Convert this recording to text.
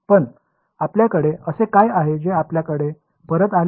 पण आपल्याकडे असे काय आहे जे आपल्याकडे परत आले आहे